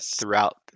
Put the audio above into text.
throughout